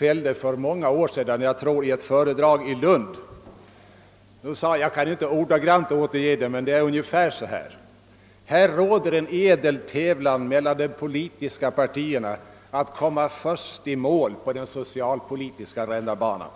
gjorde för många år sedan — jag tror det var i ett föredrag i Lund. Jag kan inte ordagrant återge uttalandet, men han sade ungefär följande: Här råder en ädel tävlan mellan de politiska partierna att komma främst på den socialpolitiska rännarbanan.